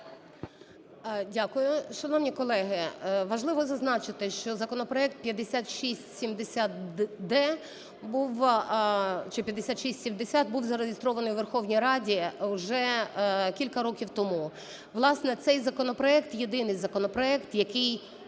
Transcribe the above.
Дякую. Шановні колеги, важливо зазначити, що законопроект 5670-д… чи 5670 був зареєстрований у Верховній Раді уже кілька років тому. Власне, це законопроект – єдиний законопроект, який